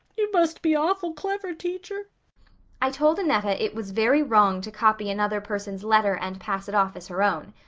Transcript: you must be awful clever, teacher i told annetta it was very wrong to copy another person's letter and pass it off as her own.